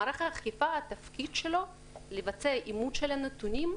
מערך האכיפה, תפקידו לבצע אימות של הנתונים,